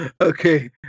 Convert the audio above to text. Okay